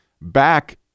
back